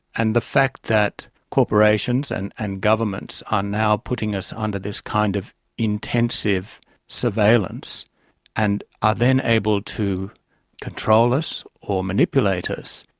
and the fact that corporations and and governments are now putting us under this kind of intensive surveillance and are then able to control us or manipulate us,